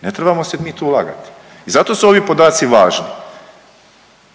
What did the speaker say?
ne trebamo se mi tu lagati i zato su ovi podaci važni.